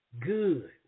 good